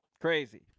Crazy